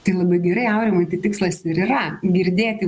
tai labai gerai aurimai tai tikslas ir yra girdėti